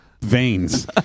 veins